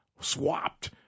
swapped